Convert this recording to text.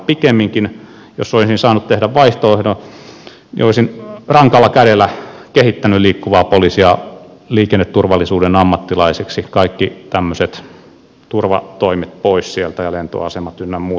pikemminkin jos olisin saanut tehdä vaihtoehdon olisin rankalla kädellä kehittänyt liikkuvaa poliisia liikenneturvallisuuden ammattilaiseksi ottanut kaikki tämmöiset turvatoimet pois sieltä ja lentoasemat ynnä muuta